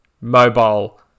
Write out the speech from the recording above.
mobile